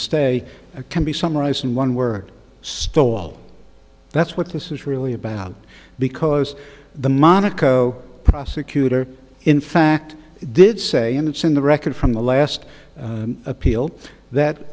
stay can be summarized in one word stall that's what this is really about because the monaco prosecutor in fact did say and it's in the record from the last appeal that